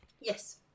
yes